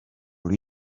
lui